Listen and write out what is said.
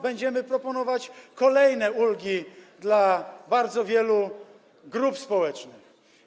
Będziemy proponować kolejne ulgi dla bardzo wielu grup społecznych.